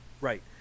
Right